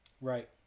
Right